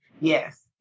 Yes